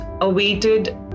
awaited